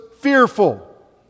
fearful